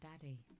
daddy